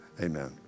amen